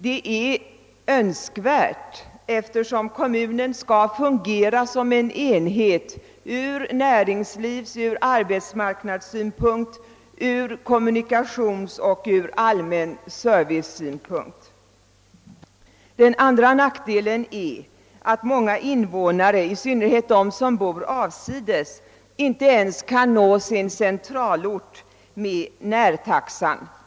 Det är önskvärt att ha en sådan eftersom kommunen skall fungera som en enhet ur näringslivsoch arbetsmarknadssynpunkt, ur kommunikationsoch ur allmän servicesynpunkt. Den andra nackdelen är att många invånare, i synnerhet de som bor avsides, inte ens kan nå sin centralort med närtaxan.